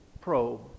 probe